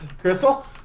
Crystal